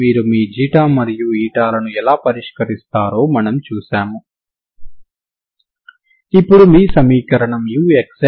మీరు d'Alembert పరిష్కారాన్ని ఉపయోగించాలనుకుంటే మీరు దీనిని వాస్తవ రేఖ మొత్తానికి విస్తరించాలి